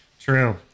True